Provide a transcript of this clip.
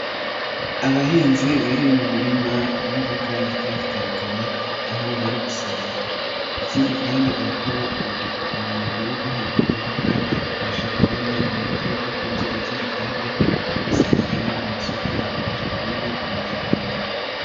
Abahinzi bari mu murima w'imboga zigiye zitandukanye, aho bari gusarura, ikindi kandi abakora uyu mwuga wo guhinga imboga, babasha kubona ibiryo byo kurya, ikindi kandi bagasagurira amasoko, bakabasha kubona amafaranga.